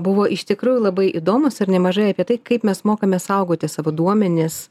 buvo iš tikrųjų labai įdomūs ir nemažai apie tai kaip mes mokame saugoti savo duomenis